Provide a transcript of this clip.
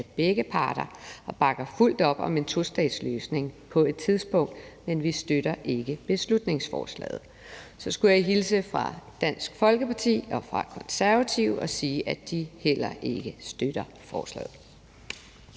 af begge parter, og bakker fuldt ud op om en tostatsløsning på et tidspunkt, men vi støtter ikke beslutningsforslaget. Jeg skulle hilse fra Dansk Folkeparti og fra Konservative og sige, at de heller ikke støtter forslaget.